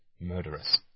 murderous